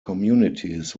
communities